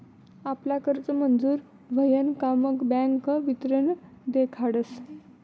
आपला कर्ज मंजूर व्हयन का मग बँक वितरण देखाडस